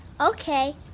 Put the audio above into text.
Okay